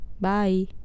Bye